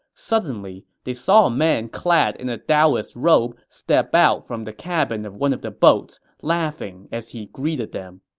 suddenly, they saw a man clad in a taoist robe step out from the cabin of one of the boats, laughing as he greeted them